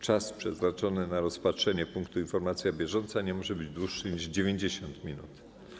Czas przeznaczony na rozpatrzenie punktu: Informacja bieżąca nie może być dłuższy niż 90 minut.